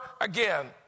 again